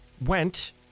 went